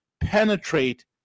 penetrate